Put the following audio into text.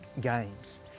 Games